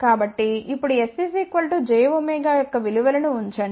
కాబట్టి ఇప్పుడుs jω యొక్క విలువలను ఉంచండి